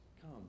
come